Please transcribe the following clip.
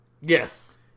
yes